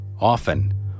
often